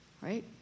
right